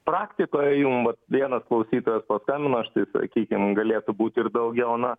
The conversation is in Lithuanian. praktikoje jum vat vienas klausytojas paskambino štai sakykim galėtų būti ir daugiau na